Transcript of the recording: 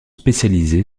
spécialisé